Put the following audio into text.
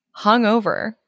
hungover